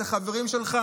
את החברים שלך,